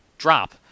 Drop